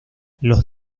los